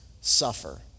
suffer